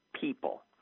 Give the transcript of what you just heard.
people